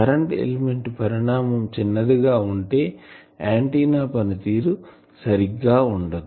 current element పరిణామం చిన్నది గా ఉంటే ఆంటిన్నా పనితీరు సరిగ్గా ఉండదు